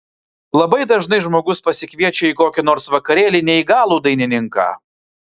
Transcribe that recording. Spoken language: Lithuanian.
labai dažnai žmogus pasikviečia į kokį nors vakarėlį neįgalų dainininką